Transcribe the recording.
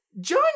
John